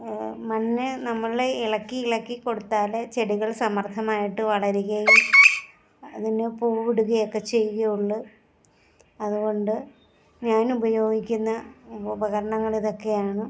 മണ്ണ് നമ്മളെ ഇളക്കി ഇളക്കി കൊടുത്താലേ ചെടികൾ സമർദ്ധമായിട്ട് വളരുകയും അതിന് പൂവിടുകയൊക്കെ ചെയ്യുകയുള്ളൂ അതുകൊണ്ട് ഞാൻ ഉപയോഗിക്കുന്ന ഉപകരണങ്ങൾ ഇതൊക്കെയാണ്